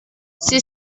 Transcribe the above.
sie